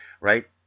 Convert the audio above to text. right